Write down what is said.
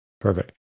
Perfect